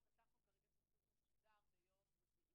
איזה מעמד היום יש לשביתה?